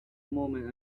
movement